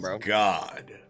God